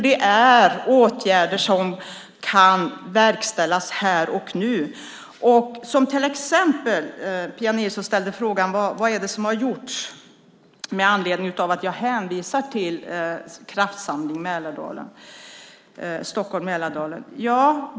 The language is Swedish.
Det är åtgärder som kan verkställas här och nu. Pia Nilsson ställde frågan vad som har gjorts med anledning av att jag hänvisade till Kraftsamling Stockholm Mälardalen.